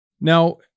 Now